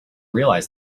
realize